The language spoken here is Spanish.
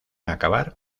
acabar